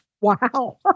Wow